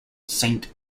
saint